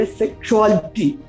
sexuality